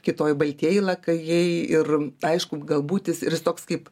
kitoj baltieji lakajai ir aišku galbūt jis ir jis toks kaip